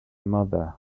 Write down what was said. mother